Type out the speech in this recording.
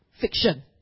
fiction